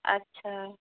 अच्छा